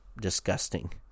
disgusting